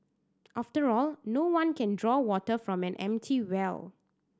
after all no one can draw water from an empty well